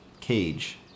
cage